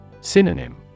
Synonym